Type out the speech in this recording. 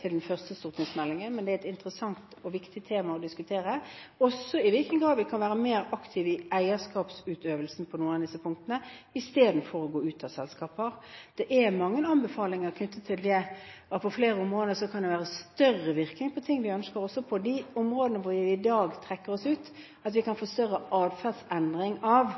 til den første stortingsmeldingen, men det er et interessant og viktig tema å diskutere, også i hvilken grad vi kan være mer aktive i eierskapsutøvelsen på noen av disse punktene, istedenfor å gå ut av selskaper. Det er mange anbefalinger knyttet til det, og på flere områder kan det ha større innvirkning på det vi ønsker, også på de områdene hvor vi i dag trekker oss ut – vi kan få større atferdsendring ved